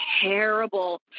terrible